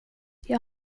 jag